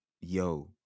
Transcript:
yo